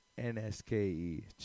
N-S-K-E